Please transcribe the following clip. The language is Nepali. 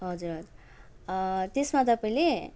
हजुर त्यसमा तपाईँले